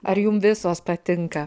ar jum visos patinka